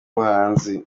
buhanzi